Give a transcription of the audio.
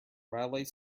raleigh